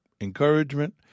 encouragement